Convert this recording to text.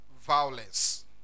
violence